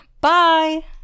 Bye